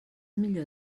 millor